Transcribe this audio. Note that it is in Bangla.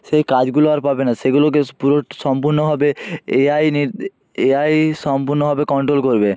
সেই কাজগুলো আর পাবে না সেগুলোকে পুরো সম্পূর্ণভাবে এআই এআই সম্পূর্ণভাবে কন্ট্রোল করবে